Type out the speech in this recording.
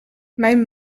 mijn